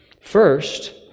First